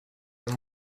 and